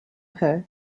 her